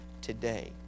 today